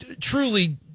truly